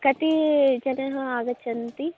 कति जनाः आगच्छन्ति